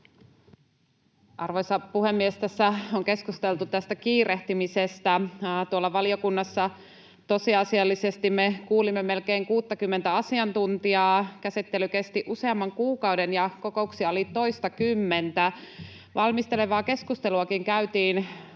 Arvoisa puhemies! Tässä on keskusteltu tästä kiirehtimisestä. Tuolla valiokunnassa me tosiasiallisesti kuulimme melkein 60:tä asiantuntijaa, käsittely kesti useamman kuukauden, ja kokouksia oli toistakymmentä. Valmistelevaakin keskustelua käytiin